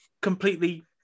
completely